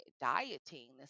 dieting